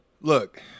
Look